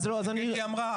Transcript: כמו שקטי אמרה,